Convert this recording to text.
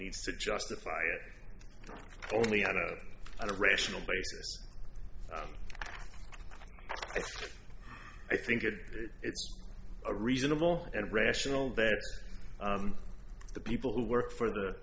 needs to justify it only on a on a rational basis i think that it's a reasonable and rational that the people who work for the